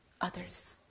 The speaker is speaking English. others